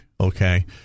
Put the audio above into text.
okay